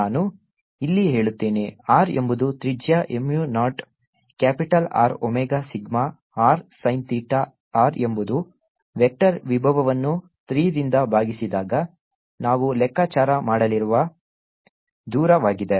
ನಾನು ಇಲ್ಲಿ ಹೇಳುತ್ತೇನೆ R ಎಂಬುದು ತ್ರಿಜ್ಯ mu naught capital R omega sigma r sin theta r ಎಂಬುದು ವೆಕ್ಟರ್ ವಿಭವವನ್ನು 3 ರಿಂದ ಭಾಗಿಸಿದಾಗ ನಾವು ಲೆಕ್ಕಾಚಾರ ಮಾಡಲಿರುವ ದೂರವಾಗಿದೆ